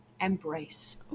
embrace